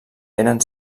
eren